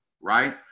right